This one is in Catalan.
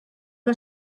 que